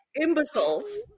Imbeciles